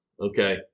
Okay